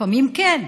לפעמים כן,